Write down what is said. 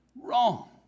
wrong